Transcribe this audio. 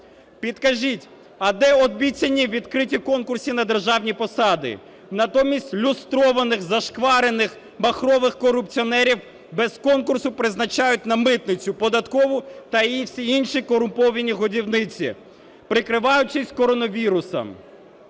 Підкажіть, а де обіцяні відкриті конкурси на державні посади? Натомість люстрованих, "зашкварених", "махрових" корупціонерів без конкурсу призначають на митницю, податкову та всі інші корумповані "годівниці", прикриваючись коронавірусом.